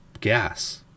gas